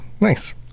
Nice